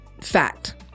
fact